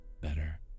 better